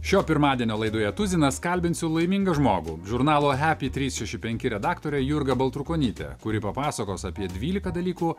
šio pirmadienio laidoje tuzinas kalbinsiu laimingą žmogų žurnalo hepi trys šeši penki redaktore jurga baltrukonytė kuri papasakos apie dvyliką dalykų